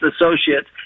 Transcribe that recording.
associates